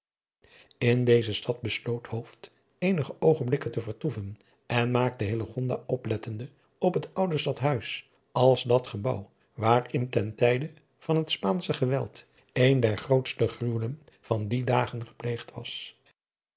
in deze stad besloot hooft eenige oogenblikken te vertoeven en maakte hillegonda oplettende op het oude stadhuis als dat gebouw waarin ten tijde van het spaansche geweld een der grootste gruwelen van die dagen gepleegd was